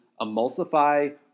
emulsify